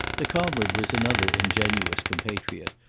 the comrade was another ingenuous compatriot,